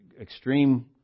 extreme